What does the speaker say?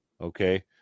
okay